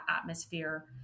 atmosphere